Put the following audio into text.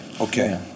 Okay